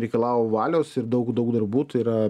reikalavo valios ir daug daug darbų tai yra